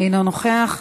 אינו נוכח.